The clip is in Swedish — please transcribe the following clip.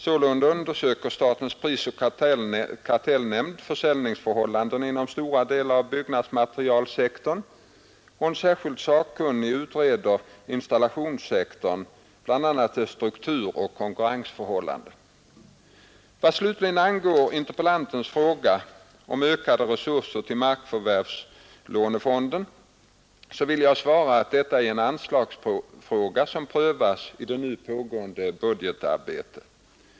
Sålunda undersöker statens prisoch kartellnämnd försäljningsförhållandena inom stora delar av byggnadsmaterialsektorn och en särskild sakkunnig utreder installationssektorn, bl.a. dess struktur och konkurrensförhållanden. Vad slutligen angår interpellantens fråga om ökade resurser till markförvärvslånefonden vill jag svara att detta är en anslagsfråga som prövas i det nu pågående budgetarbetet.